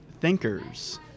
thinkers